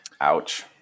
Ouch